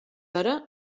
hora